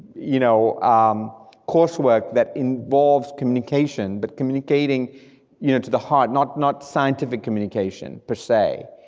you know um coursework that involves communication, but communicating you know to the heart, not not scientific communication per se,